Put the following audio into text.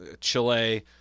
chile